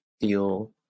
feel